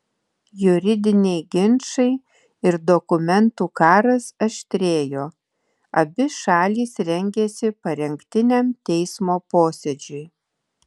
juridiniai ginčai ir dokumentų karas aštrėjo abi šalys rengėsi parengtiniam teismo posėdžiui